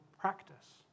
practice